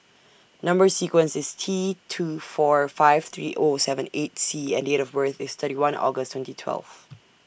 Number sequence IS T two four five three O seven eight C and Date of birth IS thirty one August twenty twelve